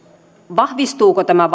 vahvistuuko tämä